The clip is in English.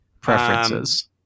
preferences